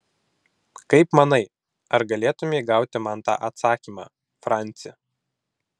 kaip manai ar galėtumei gauti man tą atsakymą franci